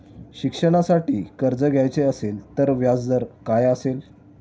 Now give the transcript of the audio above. शिक्षणासाठी कर्ज घ्यायचे असेल तर व्याजदर काय असेल?